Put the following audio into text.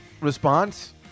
response